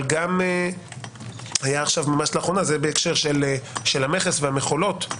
אבל גם בהקשר של המכס והמכולות,